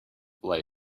lay